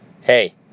Hey